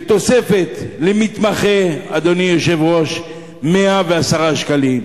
ותוספת למתמחה, 110 שקל.